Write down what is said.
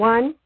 One